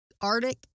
Arctic